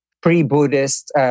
pre-Buddhist